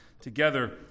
together